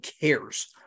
cares